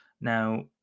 now